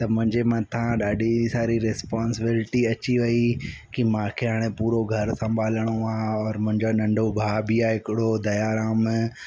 त मुंहिंजे मथां ॾाढी सारी रिस्पोंसिबिल्टी अची वई की मांखे हाणे पूरो घरु संभालिणो आहे और मुंहिंजो नंढो भाउ बि आहे हिकिड़ो दयाराम